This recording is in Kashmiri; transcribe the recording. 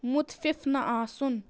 مُتفِف نہٕ آسُن